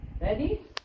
Ready